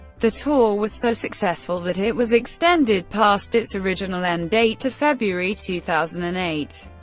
the tour was so successful that it was extended past its original end date to february two thousand and eight.